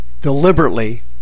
deliberately